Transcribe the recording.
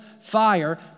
fire